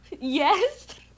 Yes